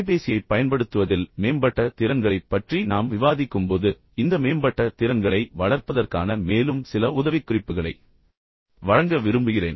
தொலைபேசியைப் பயன்படுத்துவதில் மேம்பட்ட திறன்களைப் பற்றி நாம் விவாதிக்கும்போது இந்த மேம்பட்ட திறன்களை வளர்ப்பதற்கான மேலும் சில உதவிக்குறிப்புகளை வழங்க விரும்புகிறேன்